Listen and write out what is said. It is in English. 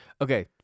Okay